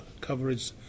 coverage